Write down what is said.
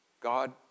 God